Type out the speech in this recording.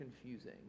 confusing